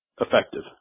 effective